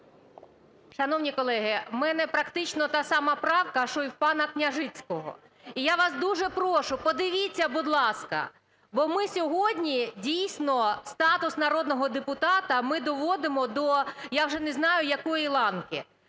Шановні колеги, в мене, практично, та сама правка, що і в пана Княжицького. І я вас дуже прошу, подивіться, будь ласка, бо ми сьогодні, дійсно, статус народного депутата ми доводимо до я вже не знаю якої ланки.